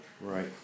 Right